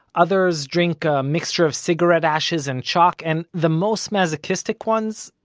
others drink a mixture of cigarette ashes and chalk, and the most masochistic ones,